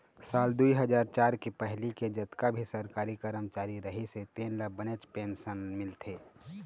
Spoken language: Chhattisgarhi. साल दुई हजार चार के पहिली के जतका भी सरकारी करमचारी रहिस हे तेन ल बनेच पेंशन मिलथे